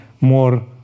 more